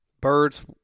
birds